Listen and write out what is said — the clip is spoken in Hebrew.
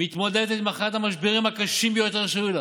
מתמודדת עם אחד המשברים הקשים ביותר שהיו לה.